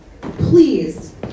Please